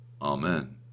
amen